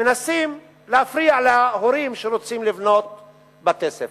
מנסים להפריע להורים שרוצים לבנות בתי-ספר.